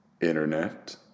Internet